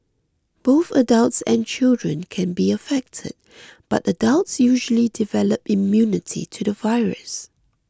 both adults and children can be affected but adults usually develop immunity to the virus